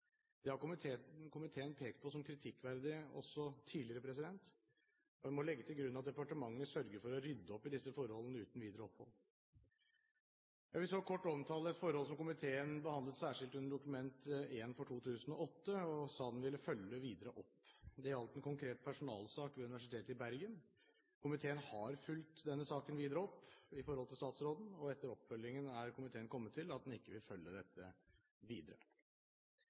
Det har komiteen pekt på som kritikkverdig også tidligere, og en må legge til grunn at departementet sørger for å rydde opp i disse forholdene uten videre opphold. Jeg vil så kort omtale et forhold som komiteen behandlet særskilt under Dokument 1 for 2008 og sa den ville følge opp videre. Det gjaldt en konkret personalsak ved Universitetet i Bergen. Komiteen har fulgt denne saken videre opp i forhold til statsråden, og etter oppfølgingen er komiteen kommet til at den ikke vil følge dette videre.